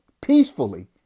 peacefully